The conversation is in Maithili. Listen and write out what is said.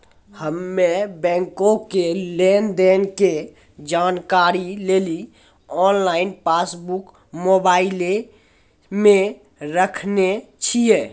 हम्मे बैंको के लेन देन के जानकारी लेली आनलाइन पासबुक मोबाइले मे राखने छिए